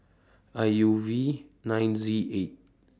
I U V nine Z eight